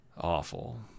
Awful